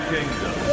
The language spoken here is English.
Kingdom